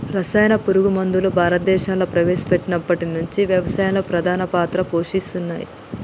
రసాయన పురుగు మందులు భారతదేశంలా ప్రవేశపెట్టినప్పటి నుంచి వ్యవసాయంలో ప్రధాన పాత్ర పోషించినయ్